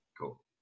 Cool